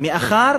מאחר